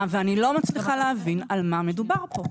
ואני לא מצליחה להבין על מה מדובר פה,